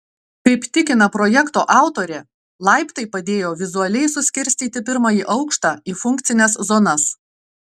kaip tikina projekto autorė laiptai padėjo vizualiai suskirstyti pirmąjį aukštą į funkcines zonas